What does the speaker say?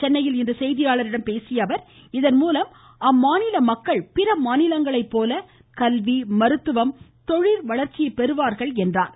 சென்னையில் இன்று செய்தியாளர்களிடம் பேசிய அவர் இதன் மூலம் அம்மாநில மக்கள் பிறமாநிலங்களை போல கல்வி மருத்துவம் தொழில்வளர்ச்சியை பெறுவார்கள் என்று குறிப்பிட்டார்